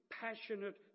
passionate